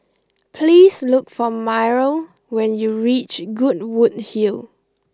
please look for Myrle when you reach Goodwood Hill